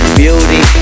beauty